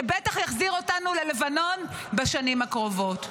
שבטח יחזיר אותנו ללבנון בשנים הקרובות.